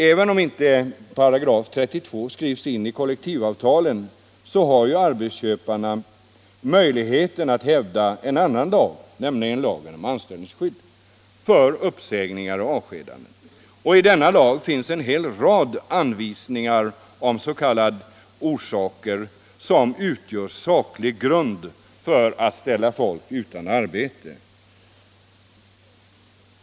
Även om § 32 inte skrivs in i kol Ilektivavtalen, har ju arbetsköparna möjligheten att hävda en annan sak: i lagen om anställningsskydd vid uppsägningar och avskedanden finns en hel rad anvisningar om s.k. saklig grund för att ställa folk utan arbete.